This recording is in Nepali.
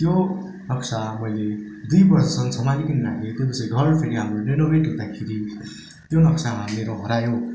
त्यो नक्सा मैले दुई वर्षसम्म सम्हालीकन राखेको त्यो पछि घर हाम्रो रिनोभेट हुँदाखेरि त्यो नक्सा मेरो हरायो